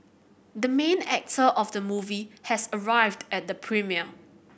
the main actor of the movie has arrived at the premiere